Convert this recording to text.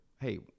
hey